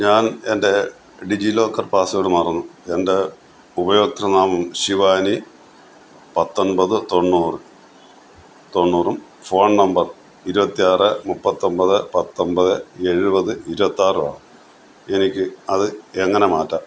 ഞാൻ എൻ്റെ DigiLocker password മറന്നു എന്റെ ഉപഭോക്തൃ നാമം ശിവാനി പത്തൊന്പത് തൊണ്ണൂറ് തൊണ്ണൂറും ഫോൺ നമ്പർ ഇരുപത്താറ് മുപ്പത്തൊൻപത് പത്തൊൻപത് എഴുപത് ഇരുപത്താറുമാണ് എനിക്ക് അത് എങ്ങനെ മാറ്റാം